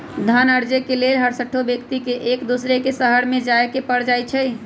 धन अरजे के लेल हरसठ्हो व्यक्ति के एक दोसर के शहरमें जाय के पर जाइ छइ